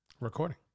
Recording